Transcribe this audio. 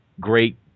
great